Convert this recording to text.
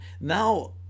now